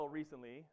recently